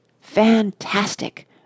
Fantastic